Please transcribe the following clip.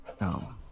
no